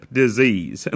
disease